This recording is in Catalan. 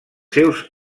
seus